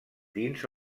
dins